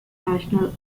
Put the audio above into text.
national